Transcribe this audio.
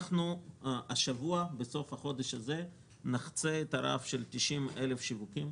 השבוע נחצה את הרף של 90,000 שיווקים.